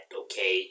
okay